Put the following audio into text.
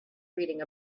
reading